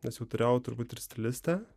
nes jau turėjau turbūt ir stilistę